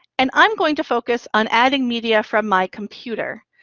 and i'm going to focus on adding media from my computer,